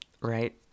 right